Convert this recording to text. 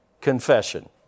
confession